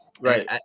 right